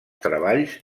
treballs